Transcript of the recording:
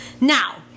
Now